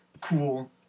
cool